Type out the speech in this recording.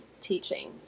teaching